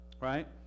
right